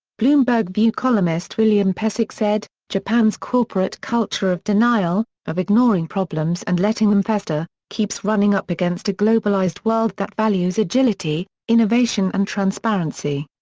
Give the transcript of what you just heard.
bloomberg view columnist william pesek said japan's corporate culture of denial, of ignoring problems and letting them fester, keeps running up against a globalized world that values agility, innovation and transparency.